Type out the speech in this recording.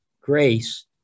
grace